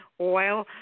Oil